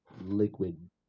liquid